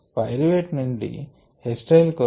pyruvate నుండి acetyl co ఎ